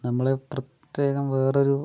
നമ്മള് പ്രത്യേകം വേറൊരു